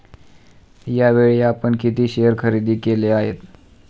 यावेळी आपण किती शेअर खरेदी केले आहेत?